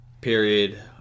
period